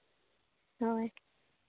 ᱦᱳᱭ